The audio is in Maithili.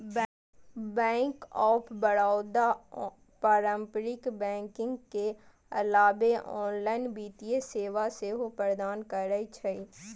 बैंक ऑफ बड़ौदा पारंपरिक बैंकिंग के अलावे ऑनलाइन वित्तीय सेवा सेहो प्रदान करै छै